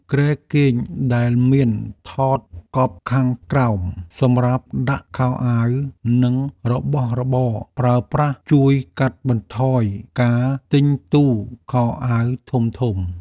គ្រែគេងដែលមានថតកប់ខាងក្រោមសម្រាប់ដាក់ខោអាវនិងរបស់របរប្រើប្រាស់ជួយកាត់បន្ថយការទិញទូខោអាវធំៗ។